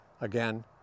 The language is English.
Again